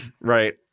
Right